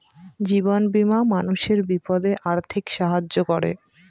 জীবন বীমা মানুষের বিপদে আর্থিক সাহায্য করে